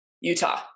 Utah